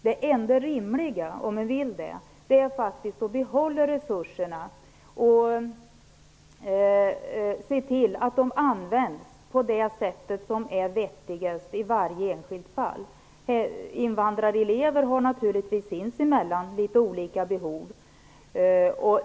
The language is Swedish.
Det enda rimliga är att behålla undervisningsresurserna och se till att de används på det sätt som är vettigast i varje enskilt fall. Invandrarelever har naturligtvis sinsemellan litet olika behov.